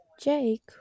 Jake